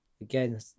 again